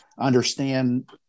understand